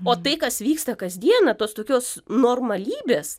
o tai kas vyksta kasdieną tos tokios normalybės